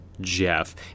Jeff